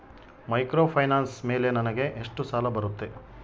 Microfinance ಮೇಲೆ ನನಗೆ ಎಷ್ಟು ಸಾಲ ಬರುತ್ತೆ?